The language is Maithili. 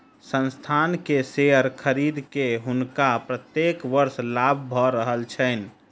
संस्थान के शेयर खरीद के हुनका प्रत्येक वर्ष लाभ भ रहल छैन